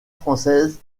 française